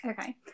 Okay